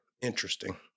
interesting